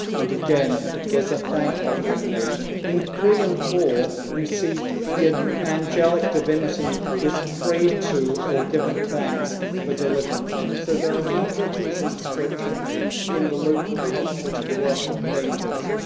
and again there's a thank offering made. in three and four you see the ah angelic divinity is prayed to or given thanks for deliverance. so there are a number of these inscriptions in the local culture to the worship of angels,